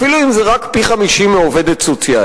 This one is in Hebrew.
אפילו אם זה רק פי-50 מעובדת סוציאלית.